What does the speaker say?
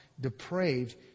depraved